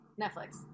netflix